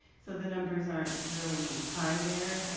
so the numbers are really high there.